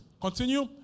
Continue